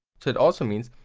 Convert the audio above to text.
so that also means,